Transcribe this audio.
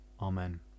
amen